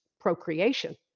procreation